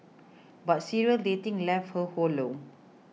but serial dating left her hollow